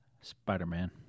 Spider-Man